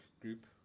group